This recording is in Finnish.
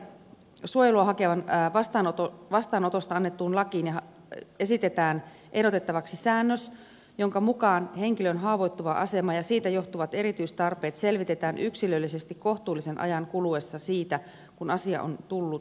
kansainvälistä suojelua hakevan vastaanotosta annettuun lakiin esitetään siis lisättäväksi säännös jonka mukaan henkilön haavoittuva asema ja siitä johtuvat erityistarpeet selvitetään yksilöllisesti kohtuullisen ajan kuluessa siitä kun asia on tullut vireille